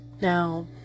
Now